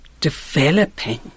developing